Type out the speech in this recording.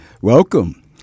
Welcome